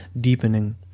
deepening